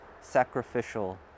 sacrificial